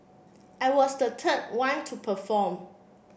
I was the third one to perform